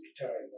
retired